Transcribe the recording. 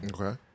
Okay